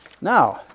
Now